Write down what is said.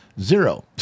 zero